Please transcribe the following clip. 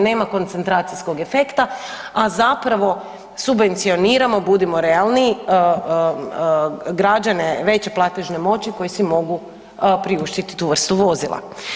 Nema koncentracijskog efekta, a zapravo subvencioniramo, budimo realni, građane veće platežne moći koji si mogu priuštiti tu vrstu vozila.